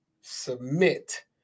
submit